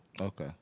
Okay